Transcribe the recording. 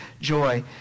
joy